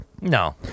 No